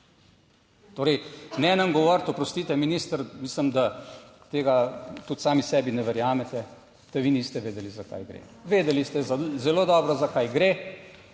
Torej, ne nam govoriti, oprostite minister, mislim, da tega tudi sami sebi ne verjamete, da vi niste vedeli za kaj gre. Vedeli ste zelo dobro za kaj gre.